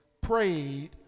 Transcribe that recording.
prayed